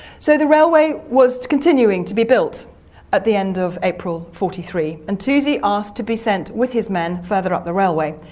so the railway was continuing to be built at the end of april forty three, and toosey asked to be sent with his men further up the railway.